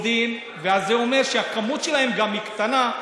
זה אומר שהכמות שלהם היא קטנה,